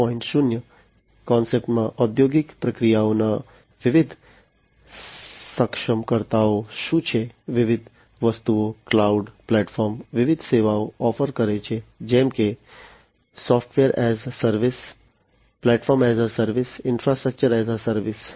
0 કન્સેપ્ટમાં ઔદ્યોગિક પ્રક્રિયાઓના વિવિધ સક્ષમકર્તાઓ શું છે વિવિધ વસ્તુઓ ક્લાઉડ પ્લેટફોર્મ વિવિધ સેવાઓ ઓફર કરે છે જેમ કે software as a service platform as a service infrastructure as a service